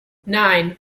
nine